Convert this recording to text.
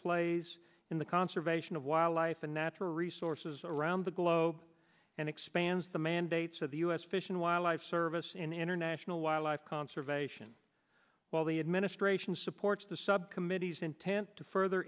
plays in the conservation of wildlife and natural resources around the globe and expands the mandates of the u s fish and wildlife service in international wildlife conservation while the administration supports the subcommittee's intent to further